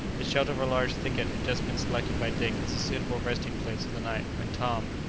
the shelter of a large thicket had just been selected by dick as a suitable resting-place for the night, when tom,